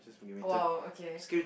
!wow! okay